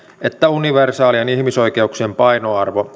että universaalien ihmisoikeuksien painoarvo